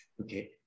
okay